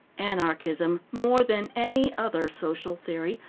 anarchism, more than any other social theory,